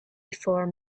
before